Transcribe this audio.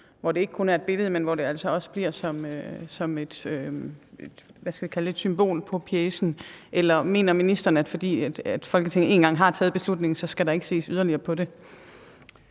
hvor det altså også bliver som – hvad skal vi kalde det – et symbol på pjecen? Eller mener ministeren, at fordi Folketinget en gang har taget beslutningen, skal der ikke ses yderligere på det?